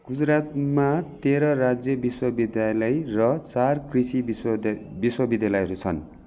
गुजरातमा तेह्र राज्य विश्वविद्यालय र चार कृषि विश्व विश्वविद्यालयहरू छन्